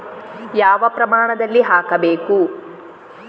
ಯಾವ ಪ್ರಮಾಣದಲ್ಲಿ ಹಾಕಬೇಕು?